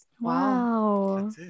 wow